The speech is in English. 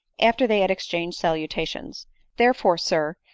after they had exchanged salutations therefore, sir,